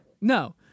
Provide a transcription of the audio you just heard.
No